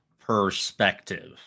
perspective